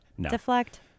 Deflect